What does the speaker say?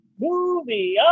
Movie